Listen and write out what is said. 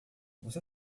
você